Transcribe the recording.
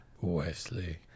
Wesley